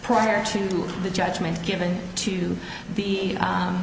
prior to the judgment given to the